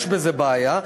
יש בזה בעיה.